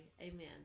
amen